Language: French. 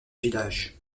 village